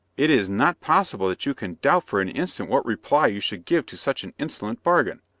it is not possible that you can doubt for an instant what reply you should give to such an insolent bargain.